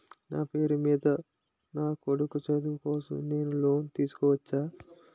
నా పేరు మీద నా కొడుకు చదువు కోసం నేను లోన్ తీసుకోవచ్చా?